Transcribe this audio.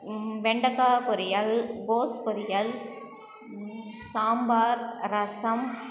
வெண்டக்காய் பொரியல் கோஸ் பொரியல் சாம்பார் ரசம்